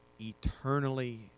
eternally